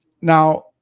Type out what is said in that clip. Now